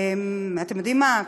אתם יודעים מה?